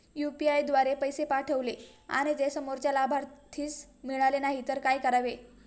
UPI द्वारे पैसे पाठवले आणि ते समोरच्या लाभार्थीस मिळाले नाही तर काय करावे?